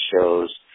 shows